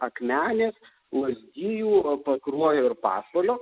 akmenės lazdijų pakruojo ir pasvalio